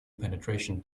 penetration